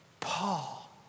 Paul